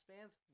Fans